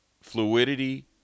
fluidity